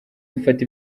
gufata